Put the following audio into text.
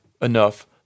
enough